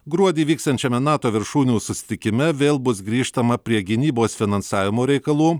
gruodį vyksiančiame nato viršūnių susitikime vėl bus grįžtama prie gynybos finansavimo reikalų